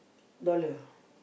dollar